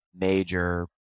major